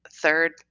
Third